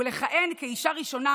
ולכהן כאישה ראשונה